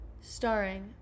starring